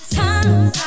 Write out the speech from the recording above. times